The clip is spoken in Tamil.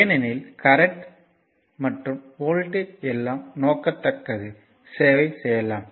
ஏனெனில் கரண்ட் மற்றும் வோல்டேஜ் எல்லாம் நோக்கத்து சேவை செய்யலாம்